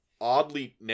oddly